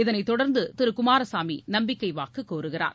இதனை தொடர்ந்து திரு குமாரசாமி நம்பிக்கை வாக்கு கோருகிறார்